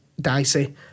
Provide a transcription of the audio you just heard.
dicey